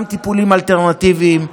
גם טיפולים אלטרנטיביים,